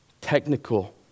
technical